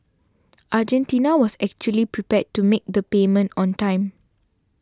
Argentina was actually prepared to make the payment on time